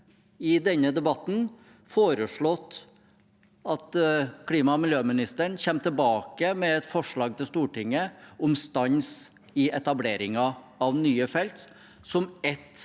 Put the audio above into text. i denne debatten foreslått at klima- og miljøministeren kommer tilbake med et forslag til Stortinget om stans i etableringen av nye felt, som et